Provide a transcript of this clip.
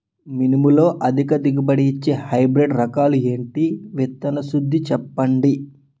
మినుములు అధిక దిగుబడి ఇచ్చే హైబ్రిడ్ రకాలు ఏంటి? విత్తన శుద్ధి చెప్పండి?